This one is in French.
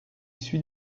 suit